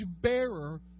bearer